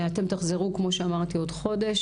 אתם תחזרו בעוד חודש.